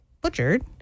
butchered